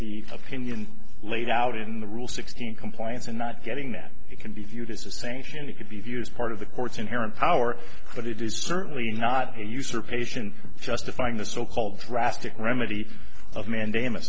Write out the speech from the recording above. the opinion laid out in the rule sixteen compliance and not getting that it can be viewed as a sanction it could be viewed as part of the court's inherent power but it is certainly not a usurpation justifying the so called drastic remedy of mandam